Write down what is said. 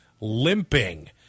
limping